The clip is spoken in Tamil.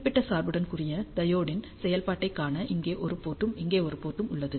குறிப்பிட்ட சார்புடன் கூடிய டையோடின் செயல்பாட்டினைக் காண இங்கே ஒரு போர்ட் ம் இங்கே ஒரு போர்ட் ம் உள்ளது